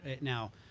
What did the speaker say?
Now